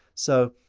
so,